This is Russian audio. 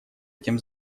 этим